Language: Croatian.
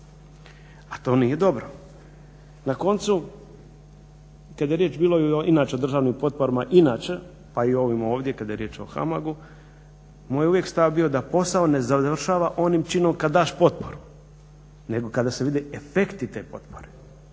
a to nije dobro. Na koncu kada je riječ bilo inače o državnim potporama inače pa i ovim ovdje kada je riječ o HAMAG-u moj je uvijek stav bio da posao završava onim činom kada daš potporu nego kada se vide efekti te potpore.